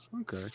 Okay